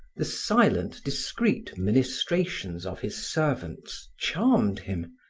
the silent, discreet ministrations of his servants charmed him,